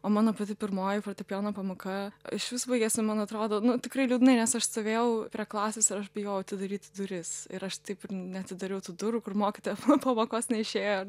o mano pati pirmoji fortepijono pamoka išvis baigėsi man atrodo nu tikrai liūdnai nes aš stovėjau prie klasės ir aš bijojau atidaryti duris ir aš taip ir neatsidariau tų durų kur mokytoja po pamokos neišėjo ir